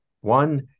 One